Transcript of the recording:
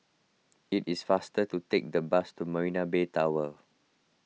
it is faster to take the bus to Marina Bay Tower